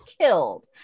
killed